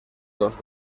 los